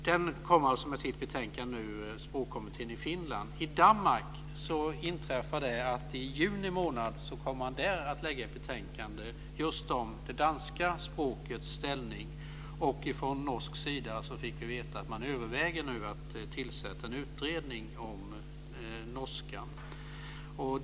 Den finska språkkommittén kommer alltså med sitt betänkande nu. I Danmark kommer man att lägga fram ett betänkande i juni månad om det danska språkets ställning. Vi har också fått veta att man i Norge nu överväger att tillsätta en utredning om norskan.